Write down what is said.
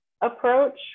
approach